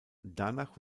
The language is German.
danach